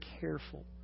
careful